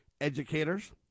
educators